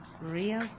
real